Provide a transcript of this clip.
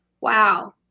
Wow